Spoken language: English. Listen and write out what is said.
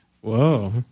Whoa